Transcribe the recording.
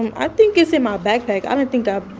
and i think it's in my backpack. i don't think i'd,